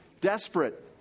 desperate